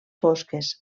fosques